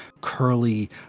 curly